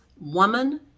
woman